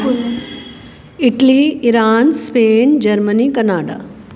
Italy Iran Spain Germany Canada